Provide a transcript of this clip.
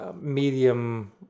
medium